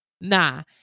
Nah